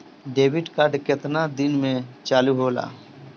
Debit card केतना दिन में चालु होला?